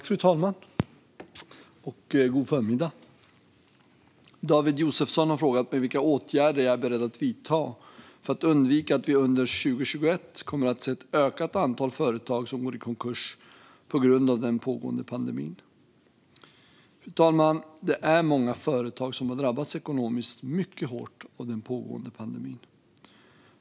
Fru talman! God förmiddag! David Josefsson har frågat mig vilka åtgärder jag är beredd att vidta för att undvika att vi under 2021 kommer att se ett ökat antal företag som går i konkurs på grund av den pågående pandemin. Fru talman! Det är många företag som har drabbats mycket hårt ekonomiskt av den pågående pandemin.